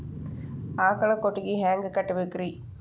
ಆಕಳ ಕೊಟ್ಟಿಗಿ ಹ್ಯಾಂಗ್ ಕಟ್ಟಬೇಕ್ರಿ?